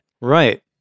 Right